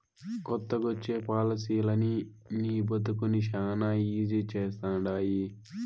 కొత్తగొచ్చే పాలసీలనీ నీ బతుకుని శానా ఈజీ చేస్తండాయి